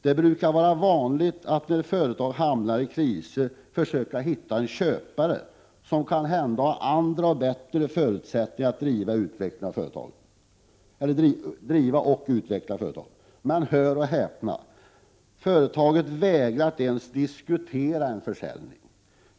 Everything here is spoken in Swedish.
Det är vanligt när företag hamnar i kris att man försöker hitta en köpare som kanhända har andra och bättre förutsättningar att driva och utveckla företagen. Men hör och häpna, företaget vägrar att ens diskutera en försäljning.